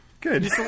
Good